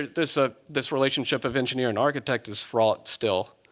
this ah this relationship of engineer and architect is fraught still.